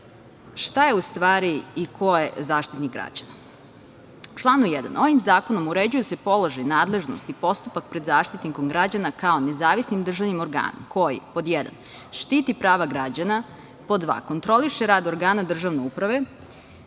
je u stvari i ko je Zaštitnik građana? U članu 1: „Ovim zakonom uređuju se položaj, nadležnost i postupak pred Zaštitnikom građana, kao nezavisnim državnim organom, koji, pod jedan, štiti prava građana, pod dva, kontroliše rad organa državne uprave